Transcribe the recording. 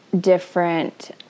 different